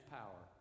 power